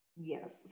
Yes